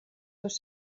dos